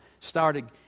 started